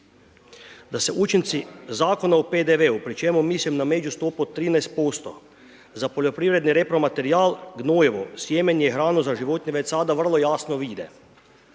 da se učinci zakona o PDV-u pri čemu mislim na međustopu od 13% za poljoprivredni repro materijal gnojivo, sjemenje i hranu za životinje već sada vrlo jasno vide.